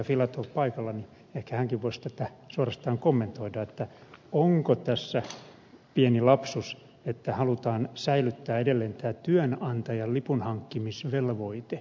filatov paikalla niin ehkä hänkin voisi tätä suorastaan kommentoida onko tässä pieni lapsus että halutaan säilyttää edelleen tämä työnantajan lipunhankkimisvelvoite